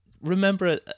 Remember